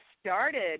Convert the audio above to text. started